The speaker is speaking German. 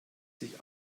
sich